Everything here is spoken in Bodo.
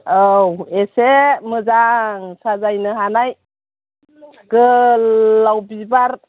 औ एसे मोजां साजायनो हानाय गोलाव बिबार